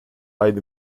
allem